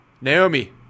Naomi